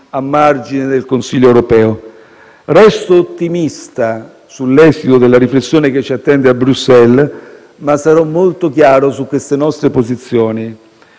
a margine del Consiglio europeo. Resto ottimista sull'esito della riflessione che ci attende a Bruxelles, ma sarò molto chiaro sulle nostre posizioni: